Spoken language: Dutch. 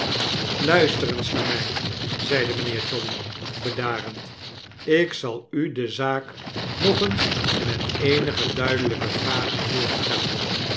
luister eens naar my zeide mynheer jolly bedarend ik zal u de zaak nog eens met eenige duidelyke vragen voorstellen